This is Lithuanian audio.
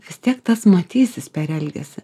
vis tiek tas matysis per elgesį